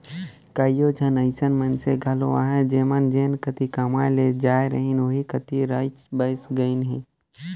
कइयो झन अइसन मइनसे घलो अहें जेमन जेन कती कमाए ले जाए रहिन ओही कती रइच बइस गइन अहें